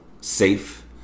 safe